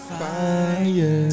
fire